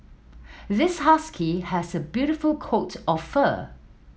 this husky has a beautiful coat of fur